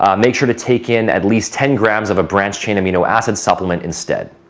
ah make sure to take in at least ten grams of a branched-chain amino acid supplement instead.